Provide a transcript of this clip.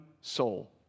soul